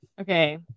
Okay